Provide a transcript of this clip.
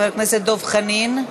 חבר הכנסת דב חנין.